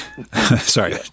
sorry